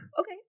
Okay